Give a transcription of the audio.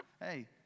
Hey